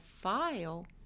file